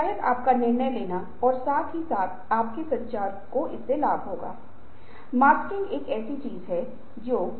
तो लेविन का मॉडल बोलता है कि हम अनफ़्रीज़िंग से फ़्रीज़िंग और फिर रिफ़्रीज़िंग तक जाते है